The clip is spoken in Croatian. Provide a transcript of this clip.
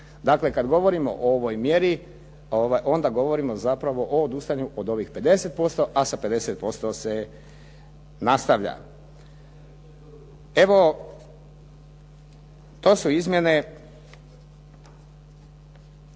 Dakle, kad govorimo o ovoj mjeri onda govorimo zapravo o odustajanju od ovih 50%, a sa 50% se nastavlja. Evo to su izmjene